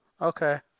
Okay